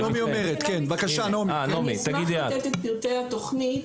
אני אשמח לתת את פרטי התכנית,